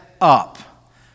up